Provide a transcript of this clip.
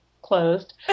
closed